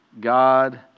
God